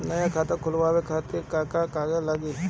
नया खाता खुलवाए खातिर का का कागज चाहीं?